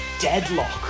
deadlock